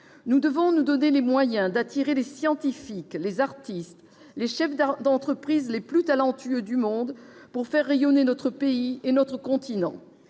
Nous devons nous donner les moyens d'attirer les scientifiques, les artistes, les chefs d'entreprise les plus talentueux du monde pour faire rayonner notre pays et notre continent.